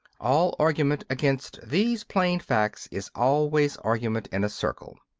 all argument against these plain facts is always argument in a circle.